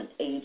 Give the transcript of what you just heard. age